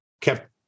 kept